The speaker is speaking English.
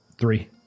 Three